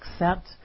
accept